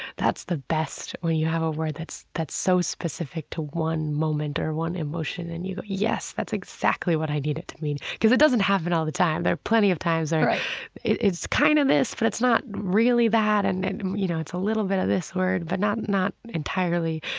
that's the best when you have a word that's that's so specific to one moment or one emotion and you go, yes, that's exactly what i need it to mean. because it doesn't happen all the time. there are plenty of times it's kind of this and but it's not really that. and and you know, it's a little bit of this word, but not not entirely.